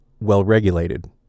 well-regulated